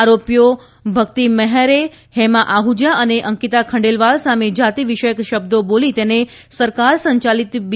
આરોપીઓ ભક્તિ મેહરે હેમા આહુજા અને અંકિતા ખંડેલવાલ સામે જાતિવિષયક શબ્દો બોલી તેને સરકાર સંચાલિત બી